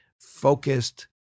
focused